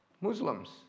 Muslims